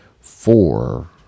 four